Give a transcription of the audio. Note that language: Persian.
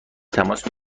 تماس